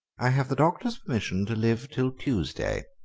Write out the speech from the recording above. i have the doctor's permission to live till tuesday,